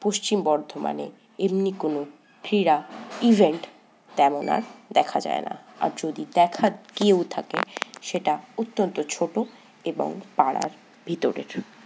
পশ্চিম বর্ধমানে এমনি কোনো ক্রীড়া ইভেন্ট তেমন আর দেখা যায় না আর যদি দেখা গিয়েও থাকে সেটা অত্যন্ত ছোটো এবং পাড়ার ভিতরের